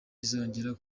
izongera